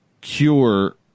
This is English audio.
cure